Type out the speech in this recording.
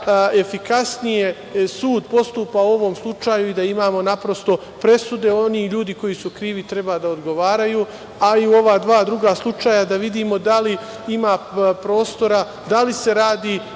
efikasnije sud postupa u ovom slučaju i da imamo naprosto presude. Oni ljudi koji su krivi treba da odgovaraju, a i u ova dva druga slučaja da vidimo da li ima prostora, da li se radi